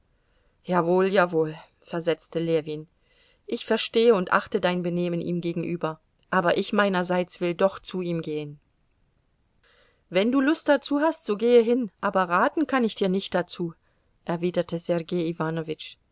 jawohl jawohl versetzte ljewin ich verstehe und achte dein benehmen ihm gegenüber aber ich meinerseits will doch zu ihm gehen wenn du dazu lust hast so gehe hin aber raten kann ich dir nicht dazu erwiderte sergei